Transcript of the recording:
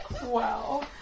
Wow